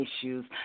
Issues